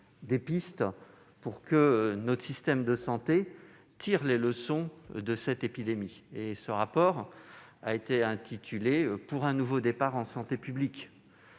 permettraient à notre système de santé de tirer les leçons de cette épidémie. Ce rapport a été intitulé « Pour un nouveau départ en santé publique ».